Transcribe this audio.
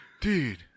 Dude